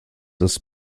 das